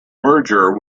merger